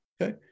Okay